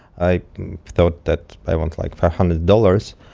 i thought that i want, like, five hundred dollars,